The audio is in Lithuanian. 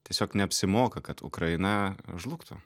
tiesiog neapsimoka kad ukraina žlugtų